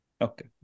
Okay